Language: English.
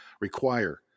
require